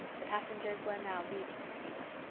the passengers were now leaving the steamer.